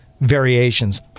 variations